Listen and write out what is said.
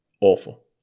awful